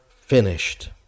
finished